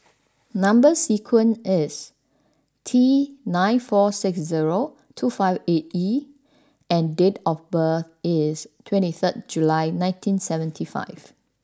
number sequence is T nine four six zero two five eight E and date of birth is twenty third July nineteen seventy five